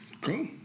Cool